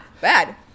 Bad